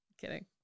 Kidding